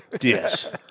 Yes